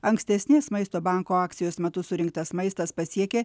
ankstesnės maisto banko akcijos metu surinktas maistas pasiekė